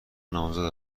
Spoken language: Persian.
نامزد